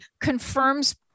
confirms